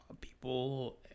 People